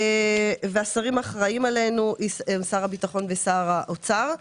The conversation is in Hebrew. השרים האחראים עלינו הם שר הביטחון ושר האוצר.